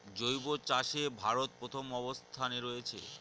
জৈব চাষে ভারত প্রথম অবস্থানে রয়েছে